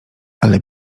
ale